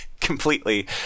completely